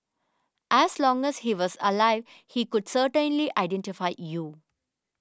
as long as he was alive he could certainly identify you